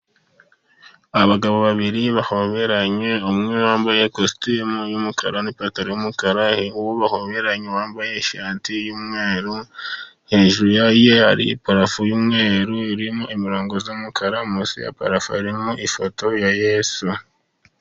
Abagabo babiri bahoberanye, umwe wambaye ikositimu y'umukara, n'ipantaro y'umukara, uwo bahobera wambaye ishati y'umweru, hejuru ye hari parafo y'umweru, irimo imirongo y'umukara, munsi ya parafo harimo ifoto ya Yesu.